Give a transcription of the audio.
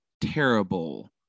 terrible